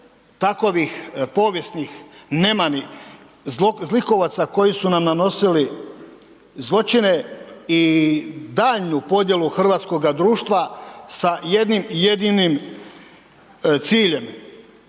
takovih povijesnih nemani, zlikovaca koji su nam nanosili zločine i daljnju podjelu hrvatskoga društva sa jednim jedinim ciljem,